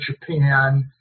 Japan